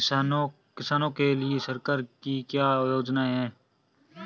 किसानों के लिए सरकार की क्या योजनाएं हैं?